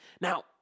Now